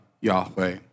Yahweh